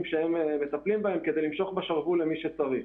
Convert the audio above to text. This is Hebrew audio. כדי למשוך בשרוול למי שצריך.